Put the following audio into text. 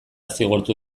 zigortu